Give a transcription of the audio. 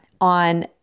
on